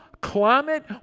climate